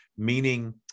Meaning